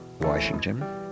Washington